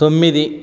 తొమ్మిది